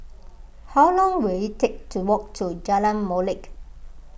how long will it take to walk to Jalan Molek